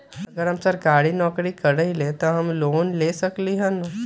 अगर हम सरकारी नौकरी करईले त हम लोन ले सकेली की न?